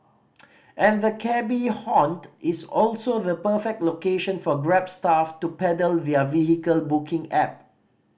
and the cabby haunt is also the perfect location for Grab staff to peddle their vehicle booking app